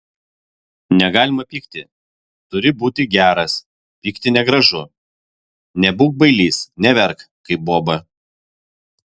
negalima pykti turi būti geras pykti negražu nebūk bailys neverk kaip boba